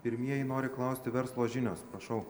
pirmieji nori klausti verslo žinios prašau